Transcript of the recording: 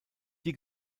die